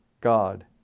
God